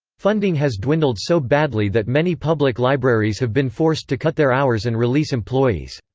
funding has dwindled so badly that many public libraries have been forced to cut their hours and release employees.